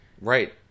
Right